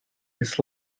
his